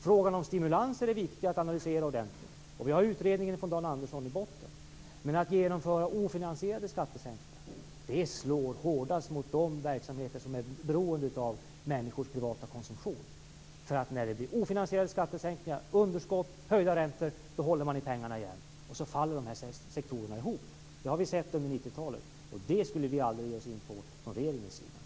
Frågan om stimulanser är viktig att analysera ordentligt, och vi har utredningen från Dan Andersson i botten. Men att genomföra ofinansierade skattesänkningar slår hårdast mot de verksamheter som är beroende av människors privata konsumtion. Ty när det blir ofinansierade skattesänkningar, underskott och höjda räntor håller man i pengarna igen, och så faller de här sektorerna ihop. Det har vi sett under 90-talet, och det skulle vi från regeringens sida aldrig ge oss in på.